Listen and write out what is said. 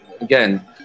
again